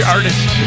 artist